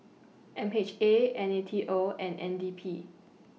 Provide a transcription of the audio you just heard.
M H A N A T O and N D P